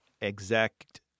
exact